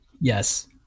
Yes